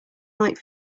night